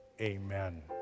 amen